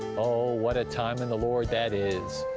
oh, what a time in the lord that is!